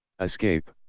Escape